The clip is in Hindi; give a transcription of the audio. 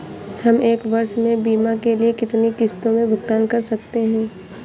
हम एक वर्ष में बीमा के लिए कितनी किश्तों में भुगतान कर सकते हैं?